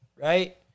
right